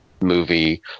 movie